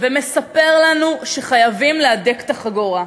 ומספר לנו שחייבים להדק את החגורה.